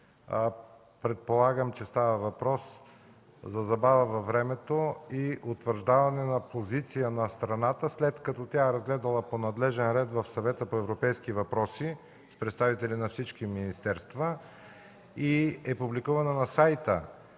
Предполагам, че става въпрос за забава във времето и утвърждаване на позиция на страната, след като тя е разгледала по надлежен ред в Съвета по европейски въпроси с представители на всички министерства и е публикувала на сайта